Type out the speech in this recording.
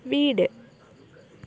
വീട്